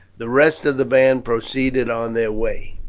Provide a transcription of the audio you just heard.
the rest of the band proceeded on their way.